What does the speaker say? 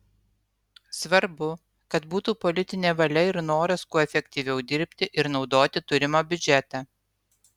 svarbu kad būtų politinė valia ir noras kuo efektyviau dirbti ir naudoti turimą biudžetą